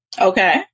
Okay